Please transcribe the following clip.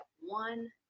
one